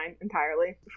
entirely